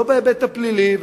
לא בהיבט הפלילי,